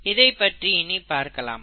இதைப் பற்றி இனி பார்க்கலாம்